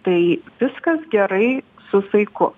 tai viskas gerai su saiku